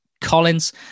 Collins